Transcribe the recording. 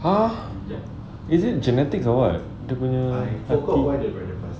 ah yeah is it genetics or what dia punya